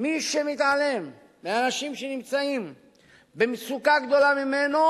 מי שמתעלם מאנשים שנמצאים במצוקה גדולה ממנו,